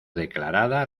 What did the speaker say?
declarada